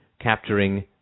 capturing